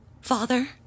Father